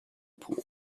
pool